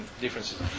differences